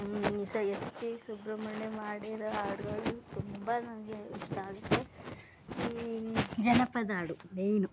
ಸ S P Subrahmanyam ಹಾಡಿರೋ ಹಾಡ್ಗಳು ತುಂಬ ನನಗೆ ಇಷ್ಟ ಆಗುತ್ತೆ ಜನಪದ ಹಾಡು ಮೆಯ್ನು